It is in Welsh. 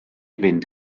fynd